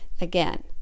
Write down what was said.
Again